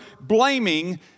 blaming